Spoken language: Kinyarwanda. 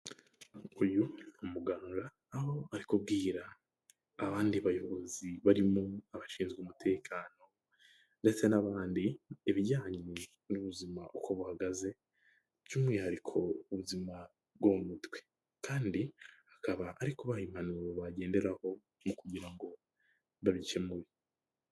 Uyu umuganura aho ari kubwira abandi bayobozi barimo abashinzwe umutekano ndetse n'abandi ibijyanye n'ubuzima uko buhagaze, by'umwihariko ubuzima bwo mutwe, kandi akaba ari kubaha impanuro bagenderaho kugira ngo babikemure.